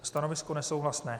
Stanovisko nesouhlasné.